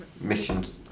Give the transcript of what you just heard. missions